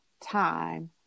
time